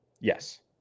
Yes